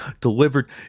delivered